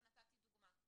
ונתתי דוגמה,